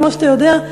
כמו שאתה יודע,